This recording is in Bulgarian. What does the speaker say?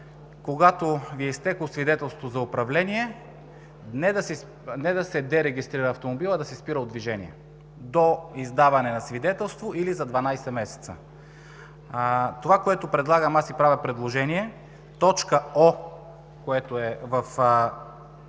когато Ви е изтекло свидетелството за управление, не да се дерегистрира автомобилът, а да се спира от движение до издаване на свидетелство или за 12 месеца. Това, което предлагам аз и правя предложение, е: в т.